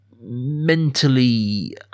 mentally